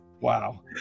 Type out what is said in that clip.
Wow